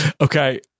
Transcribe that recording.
okay